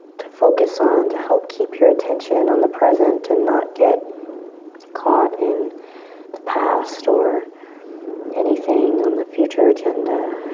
to focus on to help keep your attention on the present and not get caught in the past or anything on the future agenda.